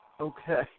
Okay